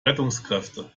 rettungskräfte